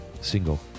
single